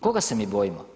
Koga se mi bojimo?